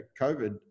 COVID